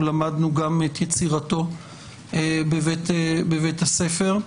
למדנו גם את יצירתו בבית הספר.